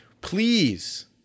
please